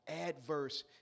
adverse